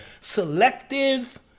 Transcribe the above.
selective